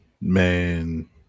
man